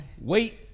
Wait